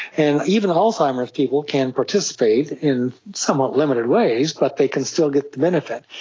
and even alzheimer's people can participate, in somewhat limited ways, but they can still get the benefit.